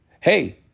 Hey